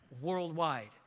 worldwide